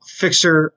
fixer